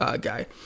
guy